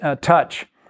touch